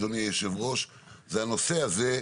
הנושא הזה,